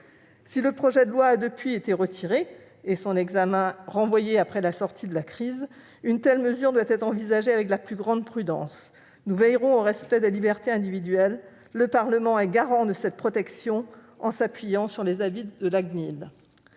Si le projet de loi a depuis été retiré et son examen renvoyé après la sortie de la crise, une telle mesure doit être envisagée avec la plus grande prudence. Nous veillerons au respect des libertés individuelles, le Parlement est garant de cette protection, en s'appuyant sur les avis de la CNIL.